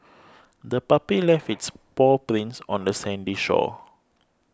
the puppy left its paw prints on the sandy shore